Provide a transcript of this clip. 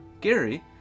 Gary